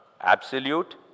absolute